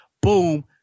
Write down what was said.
Boom